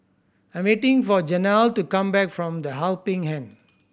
I'm waiting for Janell to come back from The Helping Hand